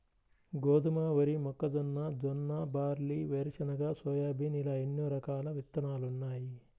గోధుమ, వరి, మొక్కజొన్న, జొన్న, బార్లీ, వేరుశెనగ, సోయాబీన్ ఇలా ఎన్నో రకాల విత్తనాలున్నాయి